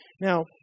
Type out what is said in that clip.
Now